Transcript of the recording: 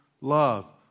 love